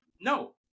no